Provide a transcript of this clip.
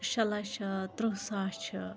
شیٚے لَچھ ٲں تٕرٛہ ساس چھِ